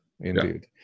indeed